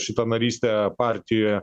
šitą narystę partijoje